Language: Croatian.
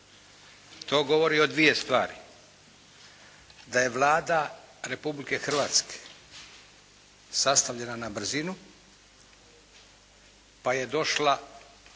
To govori o dvije stvari. Da je Vlada Republike Hrvatske sastavljena na brzinu pa je došla